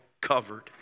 covered